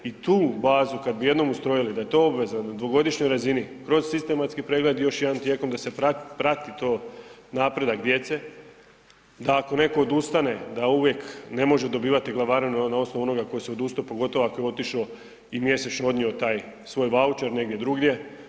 I tu bazu kad bi jednom ustrojili da je to obveza na 2 godišnjoj razini, kroz sistematski pregled još jedan tijekom da se prati to, napredak djece, da ako netko odustane da uvijek ne može dobivati glavarinu na osnovu onog koji se je odustao, pogotovo ako je otišao i mjesečno odnio taj svoj vaučer negdje drugdje.